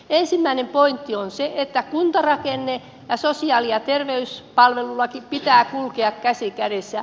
ensimmäinen pointti on se että kuntarakenteen ja sosiaali ja terveyspalvelulain pitää kulkea käsi kädessä